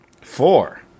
Four